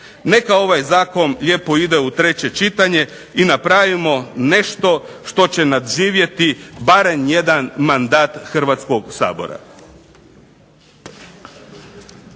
Neka ovaj zakon lijepo ide u treće čitanje i napravimo nešto što će nadživjeti barem jedan mandat Hrvatskog sabora.